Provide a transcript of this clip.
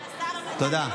תודה.